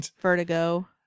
Vertigo